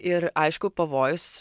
ir aišku pavojus